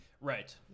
Right